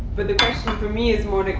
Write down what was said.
but the question for me is more, like,